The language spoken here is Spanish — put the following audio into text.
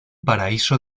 paraíso